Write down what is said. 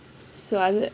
athu